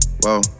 whoa